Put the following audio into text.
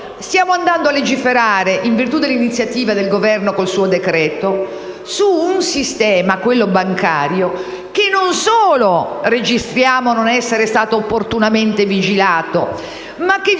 stiamo andando a legiferare, in virtù dell'iniziativa del Governo con il suo decreto-legge, su un sistema, quello bancario, che registriamo non essere stato opportunamente vigilato. Peraltro,